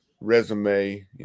resume